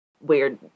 weird